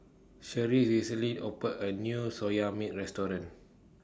Cherri recently opened A New Soya Milk Restaurant